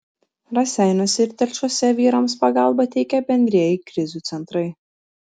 raseiniuose ir telšiuose vyrams pagalbą teikia bendrieji krizių centrai